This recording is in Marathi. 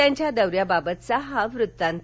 त्यांच्या दौऱ्याबाबतचा हा वृत्तात